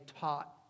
taught